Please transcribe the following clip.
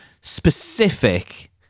specific